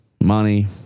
money